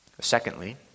Secondly